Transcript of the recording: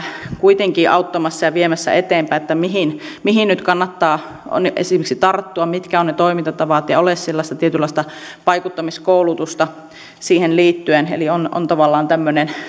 kuitenkin auttamassa ja viemässä eteenpäin että mihin nyt kannattaa tarttua mitkä ovat ne toimintatavat ja jollei ole sellaista tietynlaista vaikuttamiskoulutusta siihen liittyen eli ole tavallaan tämmöistä